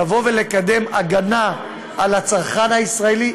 לקדם הגנה על הצרכן הישראלי,